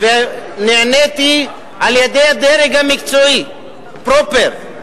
ונעניתי על-ידי הדרג המקצועי פרופר,